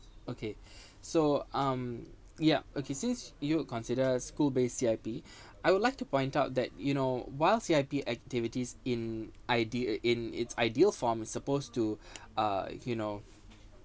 okay so um yeah okay since you'd consider school based C_I_P I would like to point out that you know while C_I_P activities in idea in its ideal form is supposed to uh you know